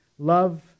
Love